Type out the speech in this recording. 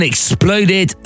exploded